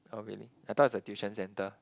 oh really I thought it's a tuition centre